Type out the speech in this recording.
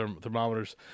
thermometers